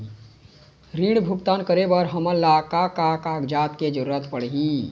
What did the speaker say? ऋण भुगतान करे बर हमन ला का का कागजात के जरूरत पड़ही?